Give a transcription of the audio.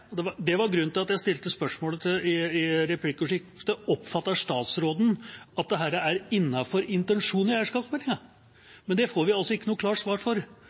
stilte spørsmålet i replikkordskiftet. Oppfatter statsråden at dette er innenfor intensjonen i eierskapsmeldinga? Det får vi ikke noe klart svar